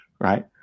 Right